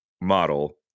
model